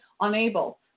unable